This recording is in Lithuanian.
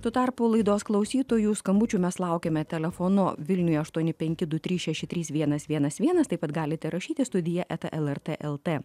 tuo tarpu laidos klausytojų skambučių mes laukiame telefonu vilniuje aštuoni penki du trys šeši trys vienas vienas vienas taip pat galite rašyti studija eta lrt lt